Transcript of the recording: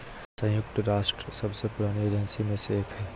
संयुक्त राष्ट्र सबसे पुरानी एजेंसी में से एक हइ